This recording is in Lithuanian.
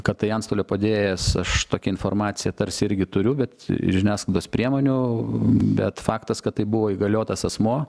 kad tai antstolio padėjėjas aš tokią informaciją tarsi irgi turiu bet iš žiniasklaidos priemonių bet faktas kad tai buvo įgaliotas asmuo